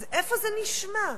איפה זה נשמע?